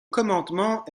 commandement